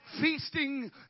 Feasting